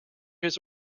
his